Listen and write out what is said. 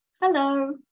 Hello